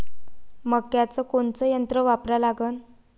मक्याचं कोनचं यंत्र वापरा लागन?